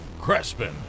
Crespin